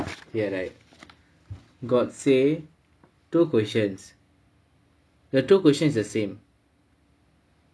ya right got say two questions the two question is the same